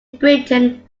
britain